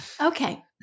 Okay